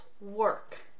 work